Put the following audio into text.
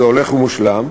זה הולך ומושלם,